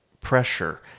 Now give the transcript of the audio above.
pressure